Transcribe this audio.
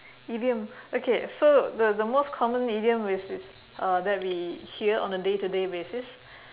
idiom okay so the the most common idiom which is uh that we hear on a day to day basis